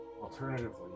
alternatively